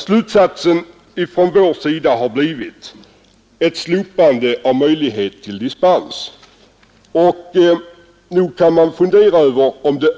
Slutsatsen från vår sida har blivit att vi bör slopa möjligheten till dispens. Nog kan man fundera över om det